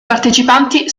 partecipanti